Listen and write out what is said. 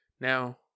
Now